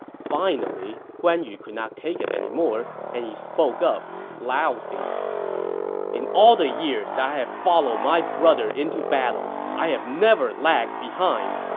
finally, guan yu could not take it anymore, and he spoke up loudly in all the years that i have followed my brother into battle, i have never lagged behind.